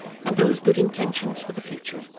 and those good intentions for the future,